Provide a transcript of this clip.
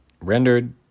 rendered